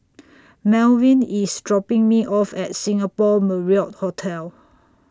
Malvin IS dropping Me off At Singapore Marriott Hotel